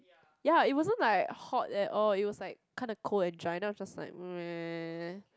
ya it wasn't like hot at all it was like kinda cold and dry then I was just like meh